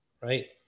right